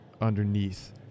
underneath